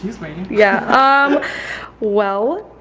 yeah um well,